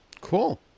Cool